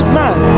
man